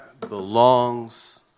belongs